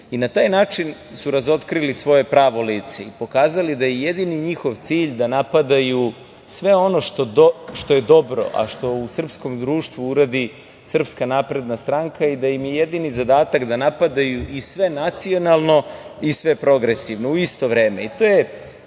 i na taj način su razotkrili svoje pravo lice i pokazali da je jedini njihov cilj da napadaju sve ono što je dobro, a šta u srpskom društvu uradi SNS i da im je jedini zadatak da napadaju i sve nacionalno i sve progresivno u isto vreme. To